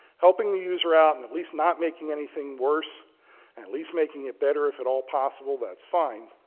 helping the user out and at least not making anything worse and at least making it better if it all possible, that's fine.